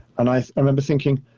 and i remember thinking,